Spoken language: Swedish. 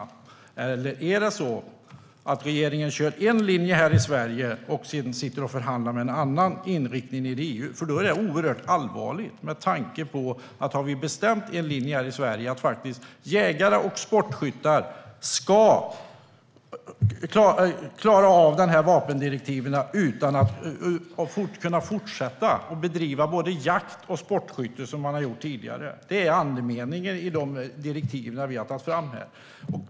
Kör regeringen en linje i Sverige och sedan förhandlar med en annan inriktning i EU? Det är oerhört allvarligt. Vi i Sverige har bestämt att linjen ska vara att jägare och sportskyttar ska kunna fortsätta att bedriva jakt och sportskytte. Det är andemeningen i de direktiv vi har tagit fram här.